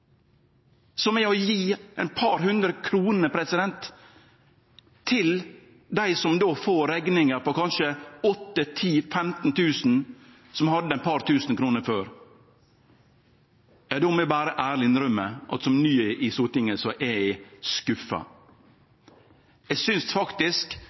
å gje eit par hundre kroner til dei som får ei rekning på kanskje 8 000 kr, 10 000 kr, 15 000 kr, og som har hatt ei rekning på eit par tusen kroner før – ja, då må eg berre ærleg innrømme at som ny i Stortinget er